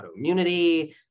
autoimmunity